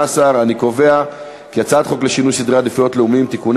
חוק לשינוי סדרי עדיפויות לאומיים (תיקוני